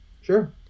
sure